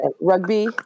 rugby